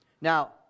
Now